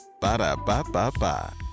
Ba-da-ba-ba-ba